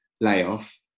layoff